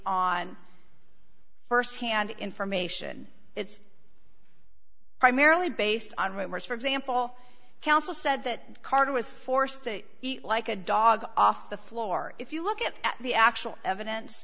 on firsthand information it's primarily based on rumors for example counsel said that carter was forced to eat like a dog off the floor if you look at the actual evidence